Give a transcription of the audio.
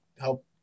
help